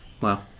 Wow